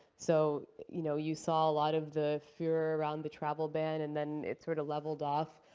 so, you know, you saw a lot of the fear around the travel ban, and then it sort of leveled off.